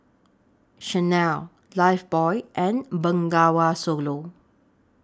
Chanel Lifebuoy and Bengawan Solo